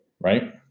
Right